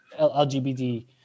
lgbt